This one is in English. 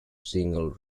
single